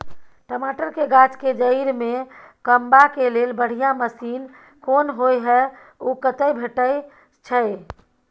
टमाटर के गाछ के जईर में कमबा के लेल बढ़िया मसीन कोन होय है उ कतय भेटय छै?